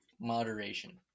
moderation